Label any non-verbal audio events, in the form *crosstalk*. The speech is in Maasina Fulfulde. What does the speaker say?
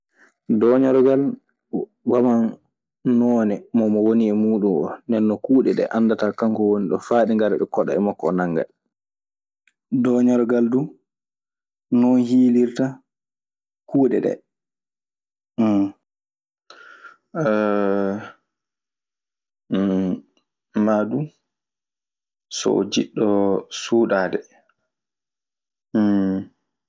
Dooñorgal ɓaman noone mo mo woni e muuɗun oo. Ndeen non kuuɗe ɗee anndataa kanko woni ɗon faa ɗee ngara ɗe koɗa e makko, o nannga ɗe. Dooñorgal duu non hiilirta kuuɗe ɗee. *hesitation* Naa du so o jiɗɗo suuɗaade. *noise*